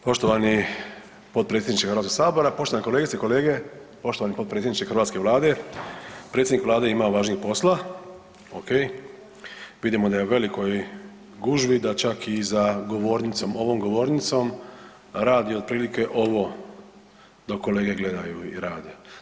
Poštovani potpredsjedniče HS, poštovane kolegice i kolege, poštovani potpredsjedniče hrvatske vlade, predsjednik vlade je imao važnijeg posla okej, vidimo da je u velikoj gužvi, da čak i za govornicom, ovom govornicom radi otprilike ovo dok kolege gledaju i rade.